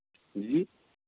जी